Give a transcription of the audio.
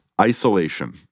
Isolation